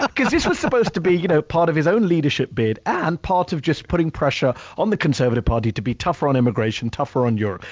because this was supposed to be you know part of his own leadership bid and part of just putting pressure on the conservative party to be tougher on immigration, tougher on europe.